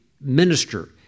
minister